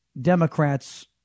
Democrats